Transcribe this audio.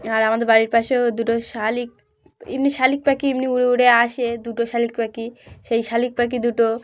আর আমাদের বাড়ির পাশেও দুটো শালিক এমনি শালিক পাখি এমনি উড়ে উড়ে আসে দুটো শালিক পাখি সেই শালিক পাখি দুটো